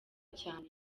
cyane